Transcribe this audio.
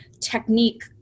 technique